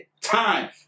time